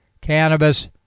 cannabis